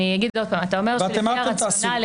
עוד פעם, אתה אומר שלפי הרציונליים